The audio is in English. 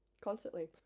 Constantly